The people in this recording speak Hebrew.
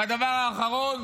והדבר האחרון,